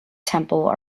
temple